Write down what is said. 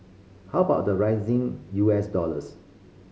how about the rising U S dollars